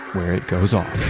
where it goes off